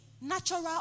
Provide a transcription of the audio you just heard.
natural